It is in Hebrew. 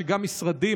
שגם משרדים,